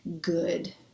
good